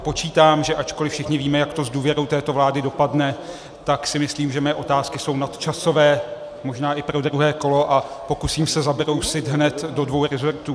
Počítám, že ačkoliv všichni víme, jak to s důvěrou této vlády dopadne, tak si myslím, že mé otázky jsou nadčasové, možná i pro druhé kolo, a pokusím se zabrousit hned do dvou resortů.